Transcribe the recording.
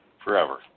Forever